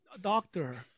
doctor